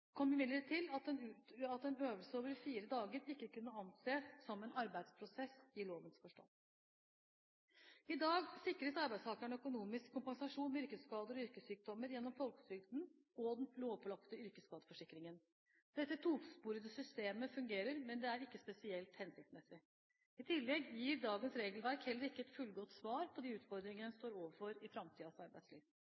til at en øvelse over fire dager ikke kunne anses som en arbeidsprosess i lovens forstand. I dag sikres arbeidstakerne økonomisk kompensasjon ved yrkesskader og yrkessykdommer gjennom folketrygden og den lovpålagte yrkesskadeforsikringen. Dette tosporede systemet fungerer, men det er ikke spesielt hensiktsmessig. I tillegg gir dagens regelverk heller ikke et fullgodt svar på de utfordringene